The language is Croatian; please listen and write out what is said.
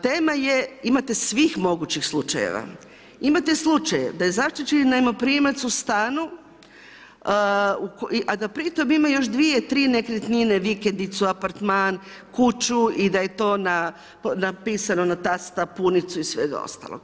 Tema je imate svih mogućih slučajeva, imate slučaj da je zaštićeni najmoprimac u stanu, a da pri tom ima još dvije, tri nekretnine, vikendicu, apartman, kuću i da je to napisano na tasta, punicu i svega ostalog.